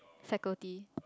faculty